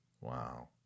Wow